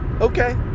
Okay